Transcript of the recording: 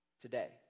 today